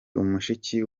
mushiki